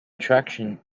traction